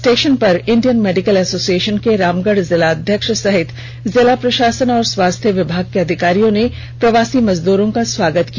station पर Indian medical association के रामगढ़ जिलाध्यक्ष सहित जिला प्रषासन और स्वास्थ्य विभाग के अधिकारियों ने प्रवासी मजदूरों का स्वागत किया